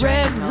Red